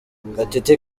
gatete